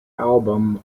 album